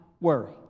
worry